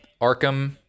Arkham